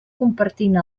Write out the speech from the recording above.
compartint